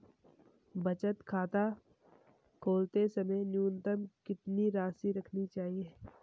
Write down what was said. बचत खाता खोलते समय न्यूनतम कितनी राशि रखनी चाहिए?